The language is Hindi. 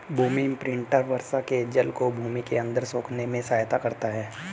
भूमि इम्प्रिन्टर वर्षा के जल को भूमि के अंदर सोखने में सहायता करता है